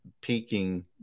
peaking